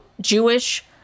Jewish